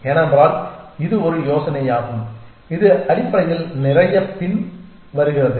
ஏனென்றால் இது ஒரு யோசனையாகும் இது அடிப்படையில் நிறைய பின்வருகிறது